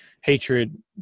hatred